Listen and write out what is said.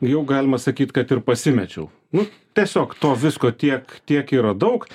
jau galima sakyt kad ir pasimečiau nu tiesiog to visko tiek tiek yra daug